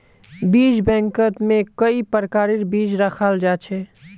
बीज बैंकत में कई प्रकारेर बीज रखाल जा छे